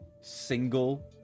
single